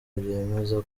byemeza